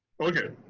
okay,